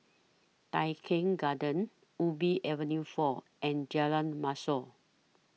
Tai Keng Gardens Ubi Avenue four and Jalan Mashhor